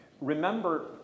Remember